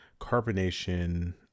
carbonation